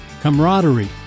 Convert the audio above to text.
camaraderie